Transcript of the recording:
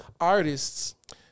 artists